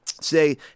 say